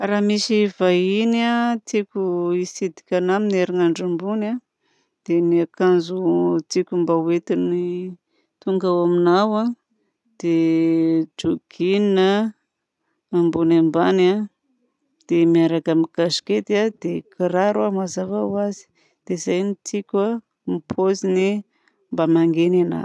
Raha misy vahiny tiako hitsidika anahy amin'ny herinandro ambony dia ny akanjo tiako mba ho entiny tonga ao aminahy ao dia jogging ambony ambany dia miaraka amin'ny casquette dia kiraro mazava ho azy dia zay no tiako ny paoziny mba hamangiana anahy.